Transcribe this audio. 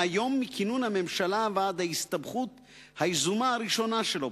יום מכינון הממשלה ועד ההסתבכות היזומה הראשונה שלו,